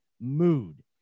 mood